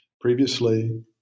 Previously